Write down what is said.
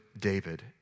David